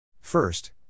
First